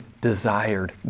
desired